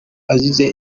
azize